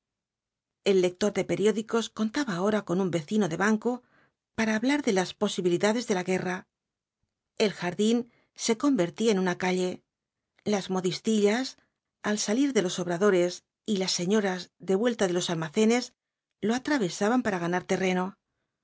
el lector de periódicos contaba ahora con un vecino de banco para v blasco íbánb hablar de las posibilidades de la guerra el jardín se convertía en una calle las modistillas al salir de los obradores y las señoras de vuelta de los almacenes lo atravesaban para ganar terreno